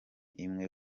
imwe